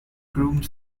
groomed